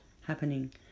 happening